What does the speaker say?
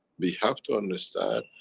we have to understand,